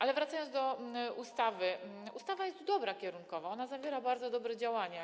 Ale wracając do ustawy, ustawa jest dobra kierunkowo, zawiera bardzo dobre działania.